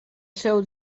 seu